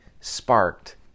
sparked